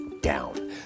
down